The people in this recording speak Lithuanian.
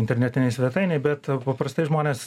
internetinėj svetainėj bet paprastai žmonės